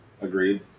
Agreed